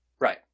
Right